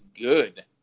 good